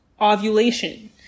ovulation